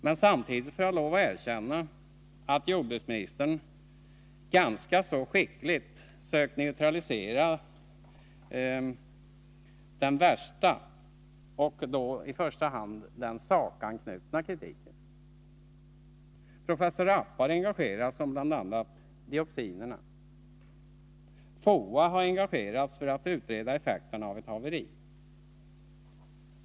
Men samtidigt får jag lov att erkänna att jordbruksministern ganska så skickligt sökt neutralisera den värsta, och då i första hand den sakanknutna, kritiken. Professor Rappe har engagerats om bl.a. dioxinerna. FOA har engagerats för att utreda effekterna av ett haveri.